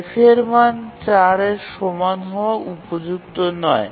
F এর মান ৪ এর সমান হওয়া উপযুক্ত নয়